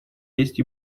есть